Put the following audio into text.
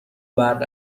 برق